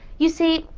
you see,